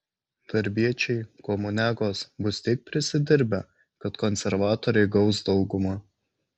darbiečiai komuniagos bus tiek prisidirbę kad konservatoriai gaus daugumą